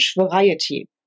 variety